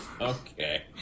Okay